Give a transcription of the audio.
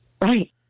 Right